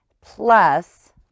Plus